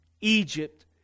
Egypt